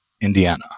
Indiana